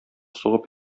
сугып